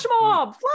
mob